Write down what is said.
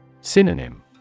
Synonym